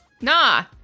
Nah